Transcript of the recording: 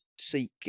seek